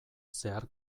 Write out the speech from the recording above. zehar